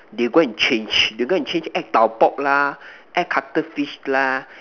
they go and change they go and change add tau pok lah add cuttlefish lah